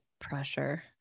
pressure